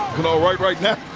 but all right right now.